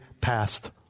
passed